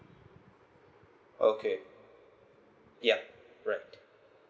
okay yup right